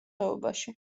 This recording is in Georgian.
ხეობაში